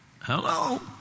Hello